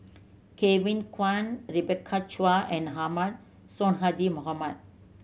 Kevin Kwan Rebecca Chua and Ahmad Sonhadji Mohamad